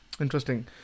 Interesting